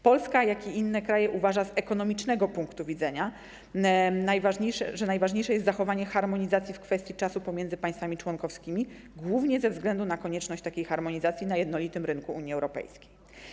Polska, tak jak i inne kraje, uważa, że z ekonomicznego punktu widzenia najważniejsze jest zachowanie harmonizacji w kwestii czasu pomiędzy państwami członkowskimi, głównie ze względu na konieczność takiej harmonizacji na jednolitym rynku Unii Europejskiej.